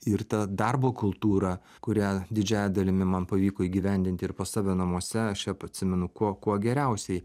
ir ta darbo kultūra kurią didžiąja dalimi man pavyko įgyvendinti ir pas atsimenu kuo kuo geriausiai